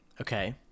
okay